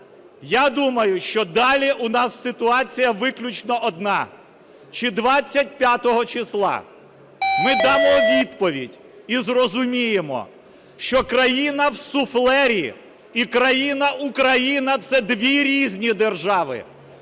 Я думаю, що далі у нас ситуація виключно одна: чи 25 числа ми дамо відповідь і зрозуміємо, що країна в суфлері і країна Україна – це дві різні держави,